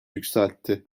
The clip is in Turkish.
yükseltti